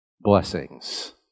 blessings